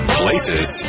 places